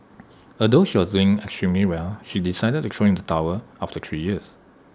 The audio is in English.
although she was doing extremely well she decided to throw in the towel after three years